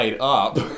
up